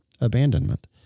abandonment